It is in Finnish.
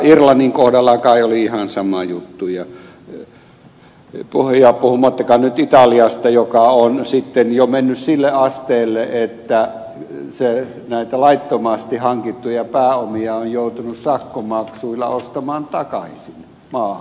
irlannin kohdalla kai oli ihan sama juttu puhumattakaan nyt italiasta joka on jo mennyt sille asteelle että se näitä laittomasti hankittuja pääomia on joutunut sakkomaksuilla ostamaan takaisin maahan